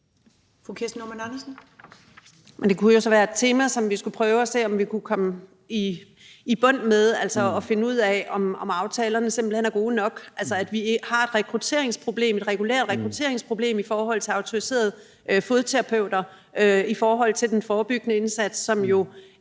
det kunne jo så være et tema, som vi skulle prøve at se om vi kunne komme til bunds i – altså at finde ud af, om aftalerne simpelt hen er gode nok. Vi har et rekrutteringsproblem, et regulært rekrutteringsproblem, med hensyn til autoriserede fodterapeuter i forhold til den forebyggende indsats, som jo